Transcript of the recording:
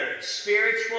spiritual